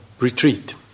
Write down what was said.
Retreat